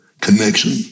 connection